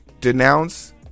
denounce